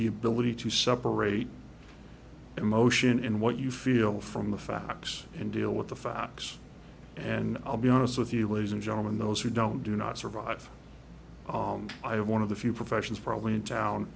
the ability to separate emotion in what you feel from the facts and deal with the facts and i'll be honest with you ladies and gentlemen those who don't do not survive i have one of the few professions probably in town